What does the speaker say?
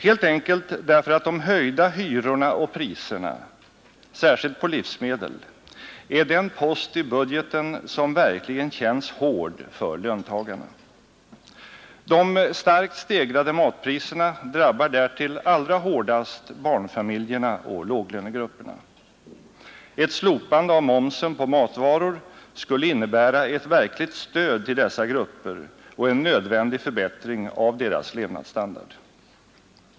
Helt enkelt därför att de höjda hyrorna och priserna, särskilt på livsmedel, är den post i budgeten som verkligen känns hård för löntagarna. De starkt stegrade matpriserna drabbar därtill allra hårdast barnfamiljerna och låglönegrupperna. Ett slopande av momsen på matvaror skulle innebära ett verkligt stöd till dessa grupper och en nödvändig förbättring av deras levnadsstandard.